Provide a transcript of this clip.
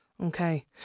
Okay